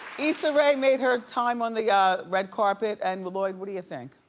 issa rae made her time on the ah red carpet, and lloyd what do you think?